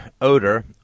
odor